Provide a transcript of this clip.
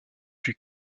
fut